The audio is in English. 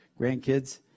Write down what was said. grandkids